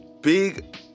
big